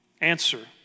Answer